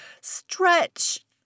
stretch